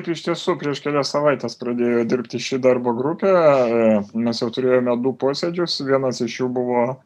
iš tiesų prieš kelias savaites pradėjo dirbti ši darbo grupė mes jau turėjome du posėdžius vienas iš jų buvo